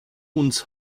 uns